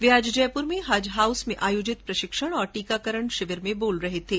वे आज जयपुर में हज हाउस में आयोजित प्रशिक्षण और टीकारण शिविर में बोल रहे थे